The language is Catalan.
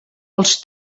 als